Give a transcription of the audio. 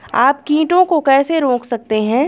आप कीटों को कैसे रोक सकते हैं?